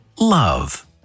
love